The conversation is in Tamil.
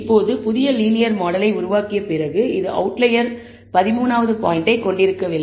இப்போது புதிய லீனியர் மாடலை உருவாக்கிய பிறகு இது அவுட்லயர் 13 வது பாயின்ட்டை கொண்டிருக்கவில்லை